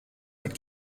mit